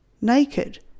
Naked